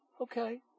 okay